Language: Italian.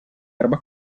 erba